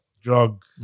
drug